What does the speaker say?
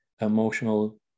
emotional